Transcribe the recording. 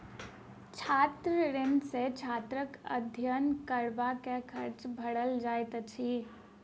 छात्र ऋण सॅ छात्रक अध्ययन करबाक खर्च भरल जाइत अछि